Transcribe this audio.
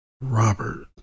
Robert